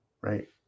right